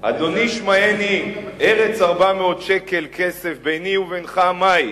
"אדני שמעני ארץ ארבע מאת שקל כסף ביני ובינך מה הוא